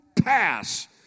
pass